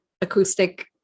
acoustic